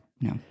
no